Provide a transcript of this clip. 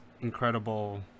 incredible